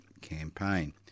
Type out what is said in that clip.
Campaign